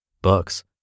books